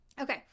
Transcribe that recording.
Okay